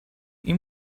این